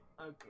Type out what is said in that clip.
Okay